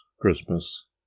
Christmas